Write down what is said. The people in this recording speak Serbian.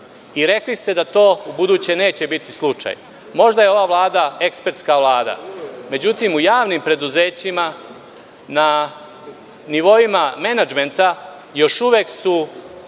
i rekli ste da to ubuduće neće biti slučaj. Možda je ova Vlada ekspertska Vlada. Međutim, u javnim preduzećima na nivoima menadžmenta još uvek su